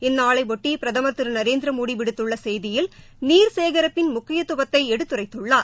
இந்நாளைபொட்டி பிரதமர் திரு நரேந்திரமோடி விடுத்துள்ள செய்தியில் நீர் சேகிப்பிள் முக்கியத்துவத்தை எடுத்துரைத்துள்ளார்